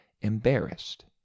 embarrassed